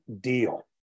deal